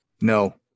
no